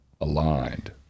aligned